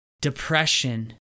depression